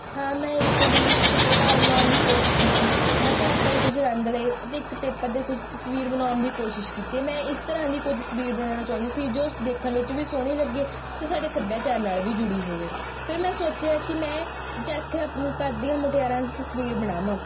ਹਾਂ ਮੈਂ ਇੱਕ ਦਿਨ ਇੱਕ ਚਿੱਤਰਕਾਰ ਬਣਾਉਣ ਦੀ ਕੋਸ਼ਿਸ਼ ਕੀਤੀ ਮੈਂ ਘਰ ਪਏ ਕੁਝ ਰੰਗ ਲਏ ਅਤੇ ਇੱਕ ਪੇਪਰ 'ਤੇ ਕੁਝ ਤਸਵੀਰ ਬਣਾਉਣ ਦੀ ਕੋਸ਼ਿਸ਼ ਕੀਤੀ ਮੈਂ ਇਸ ਤਰ੍ਹਾਂ ਦੀ ਕੋਈ ਤਸਵੀਰ ਬਣਾਉਣਾ ਚਾਹੁੰਦੀ ਸੀ ਜੋ ਦੇਖਣ ਵਿੱਚ ਵੀ ਸੋਹਣੀ ਲੱਗੇ ਅਤੇ ਸਾਡੇ ਸੱਭਿਆਚਾਰ ਨਾਲ ਵੀ ਜੁੜੀ ਹੋਵੇ ਫਿਰ ਮੈਂ ਸੋਚਿਆ ਕਿ ਮੈਂ ਚਰਖਾ ਕੱਤਦੀਆਂ ਮੁਟਿਆਰਾਂ ਦੀ ਤਸਵੀਰ ਬਣਾਵਾਂ